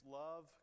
love